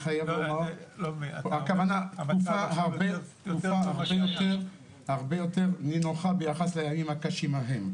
שלמה --- הכוונה תקופה הרבה יותר נינוחה ביחס לימים הקשים ההם.